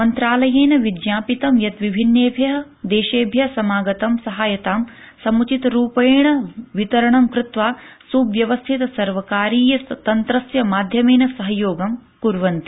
मन्त्रालयेन विज्ञापित यत् विभिन्नेभ्य विदेशेभ्य समागत सहायतां समुचितरूपेण वितरणं कृत्वा सुव्यवस्थित सर्वकारीय तन्त्रस्य माध्यमेन सहयोगं कुर्वन्ति